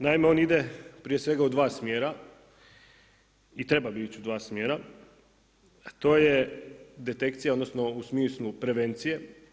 Naime on ide prije svega u dva smjera i trebao bi ići u dva smjera a to je detekcija, odnosno u smislu prevencije.